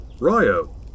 Ryo